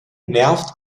nervt